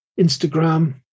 Instagram